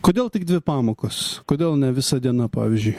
kodėl tik dvi pamokos kodėl ne visa diena pavyzdžiui